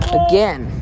again